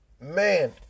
Man